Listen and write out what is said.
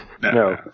No